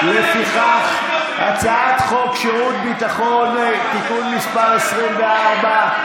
לפיכך, הצעת חוק שירות ביטחון (תיקון מס' 24),